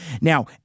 Now